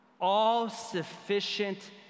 all-sufficient